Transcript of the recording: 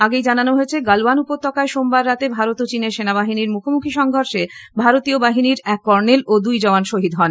আগেই জানানো হয়েছে গালোয়ান উপত্যকায় সোমবার রাতে ভারত ও চীনের সেনাবাবিনীর মুখোমুখি সংঘর্ষে ভারতীয় সেনাবাহিনীর এক কর্ণেল ও দুই জওয়ান শহীদ হন